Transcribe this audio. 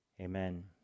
Amen